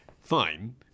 fine